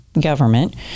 government